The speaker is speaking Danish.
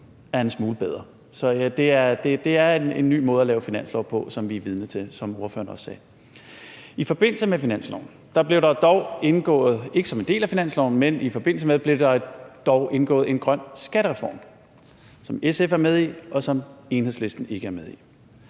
er en smule bedre. Det er en ny måde at lave finanslov på, som vi er vidne til, hvilket ordføreren også sagde. Ikke som en del af finansloven, men i forbindelse med den blev der dog indgået en grøn skattereform, som SF er med i, og som Enhedslisten ikke er med i.